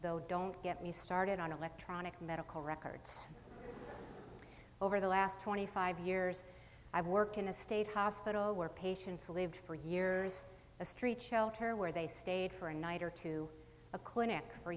though don't get me started on electronic medical records over the last twenty five years i work in a state hospital where patients lived for years a street shelter where they stayed for a night or to a clinic for